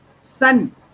sun